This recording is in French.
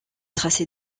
tracé